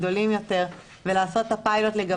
הגדולים יותר ולעשות את הפיילוט לגביהם,